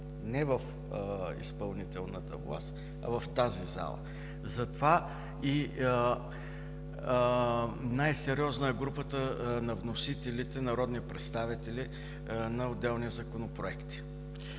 Не в изпълнителната власт, а в тази зала. Затова най-сериозна е групата на вносителите народни представители на отделни законопроекти.